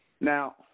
now